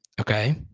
okay